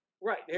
right